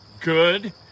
good